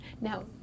Now